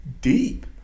deep